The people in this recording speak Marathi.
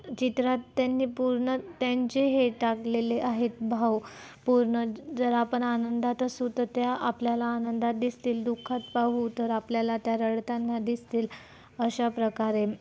चित्रात त्यांनी पूर्ण त्यांचे हे टाकलेले आहेत भाव पूर्ण जर आपण आनंदात असू तर त्या आपल्याला आनंदात दिसतील दुःखात पाहू तर आपल्याला त्या रडताना दिसतील अशा प्रकारे